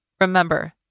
Remember